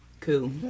Cool